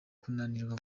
kunanirwa